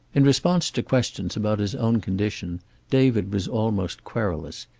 in response to questions about his own condition david was almost querulous.